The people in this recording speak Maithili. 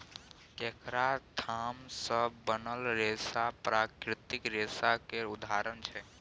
केराक थाम सँ बनल रेशा प्राकृतिक रेशा केर उदाहरण छै